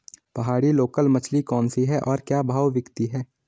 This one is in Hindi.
पहाड़ी लोकल मछली कौन सी है और क्या भाव बिकती है?